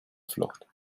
flucht